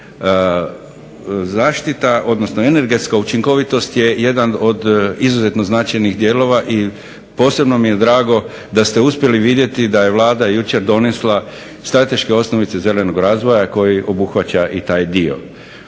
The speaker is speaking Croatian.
Zaštita odnosno energetska učinkovitost je jedan od izuzetno značajnih dijelova i posebno mi je drago da ste uspjeli vidjeti da je Vlada jučer donesla strateške osnovice zelenog razvoja koji obuhvaća i taj dio.